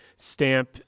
Stamp